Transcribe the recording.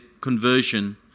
conversion